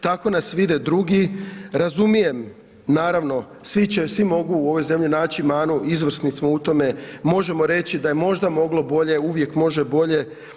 Tako nas vide drugi, razumijem, naravno, svi će, svi mogu u ovoj zemlji naći manu, izvrsni smo u tome, možemo reći da je možda moglo bolje, uvijek može bolje.